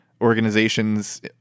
organizations